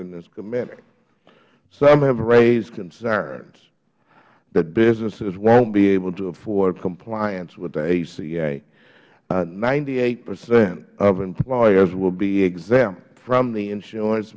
in this committee some have raised concerns that businesses won't be able to afford compliance with the aca ninety eight percent of employers will be exempt from the insurance